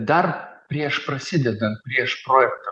dar prieš prasidedant prieš projektą